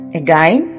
again